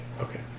Okay